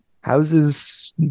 Houses